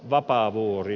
vapaavuori